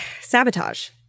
Sabotage